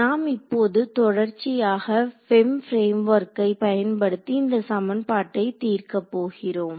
நாம் இப்போது தொடர்ச்சியாக FEM பிரேம் ஒர்க்கை பயன்படுத்தி இந்த சமன்பாட்டை தீர்க்க போகிறோம்